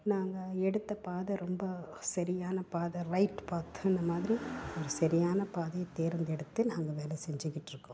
நாங்கள் எடுத்த பாதை ரொம்ப சரியான பாதை ரைட் பாத் அந்த மாதிரி ஒரு சரியான பாதையை தேர்ந்தெடுத்து நாங்கள் வேலை செஞ்சுக்கிட்டுருக்கோம்